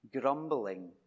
Grumbling